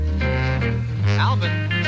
alvin